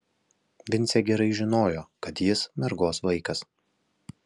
vincė gerai žinojo kad jis mergos vaikas